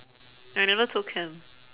I never took chem